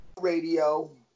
radio